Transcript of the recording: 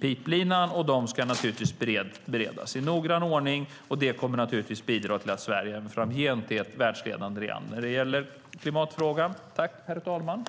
pipeline och naturligtvis ska beredas i noggrann ordning. Det kommer att bidra till att Sverige framgent är ett världsledande land när det gäller klimatfrågan.